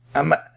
i'm